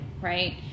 right